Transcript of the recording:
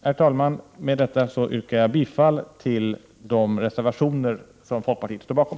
Herr talman! Med detta yrkar jag bifall till de reservationer som folkpartiet står bakom.